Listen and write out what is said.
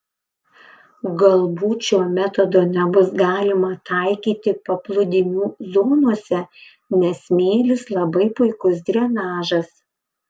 galbūt šio metodo nebus galima taikyti paplūdimių zonose nes smėlis labai puikus drenažas